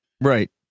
Right